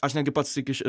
aš netgi pats iki šiol